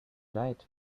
right